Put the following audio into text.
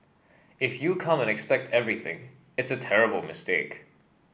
if you come and expect everything it's a terrible mistake